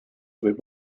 võib